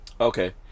Okay